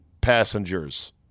passengers